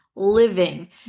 living